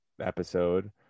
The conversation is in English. episode